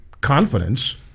confidence